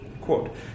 Quote